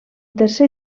tercer